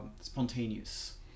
spontaneous